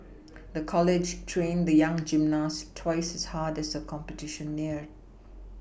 the college trained the young gymnast twice as hard as the competition neared